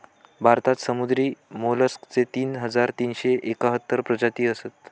भारतात समुद्री मोलस्कचे तीन हजार तीनशे एकाहत्तर प्रजाती असत